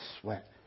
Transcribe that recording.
sweat